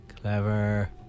Clever